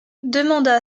demanda